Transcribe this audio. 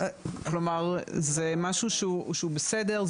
כלומר זה משהו שהוא בסדר,